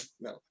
No